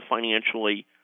financially